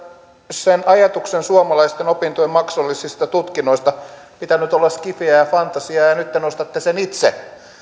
sen ajatuksen suomalaisten opintojen maksullisista tutkinnoista pitänyt olla scifiä ja ja fantasiaa ja ja nyt te nostatte sen itse